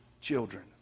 children